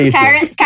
Karen